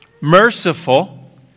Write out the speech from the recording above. merciful